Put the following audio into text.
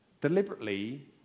Deliberately